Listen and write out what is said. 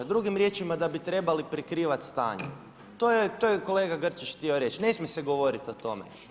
Drugim riječima da bi trebali prikrivati stanje, to je kolega Grčić htio reći, ne smije se govoriti o tome.